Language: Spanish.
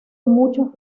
muchos